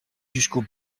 jusqu’au